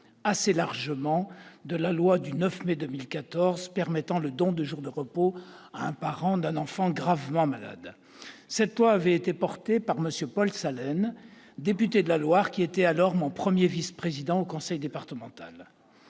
assez largement de la loi du 9 mai 2014 permettant le don de jours de repos à un parent d'un enfant gravement malade, soutenue par M. Paul Salen, député de la Loire qui, à l'époque, était également mon premier vice-président au conseil départemental.